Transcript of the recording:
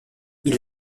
ils